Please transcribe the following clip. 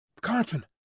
Carton